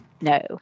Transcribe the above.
No